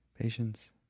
patience